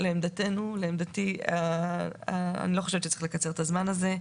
שלא צריך לקצר את הזמן הזה.